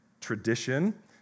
tradition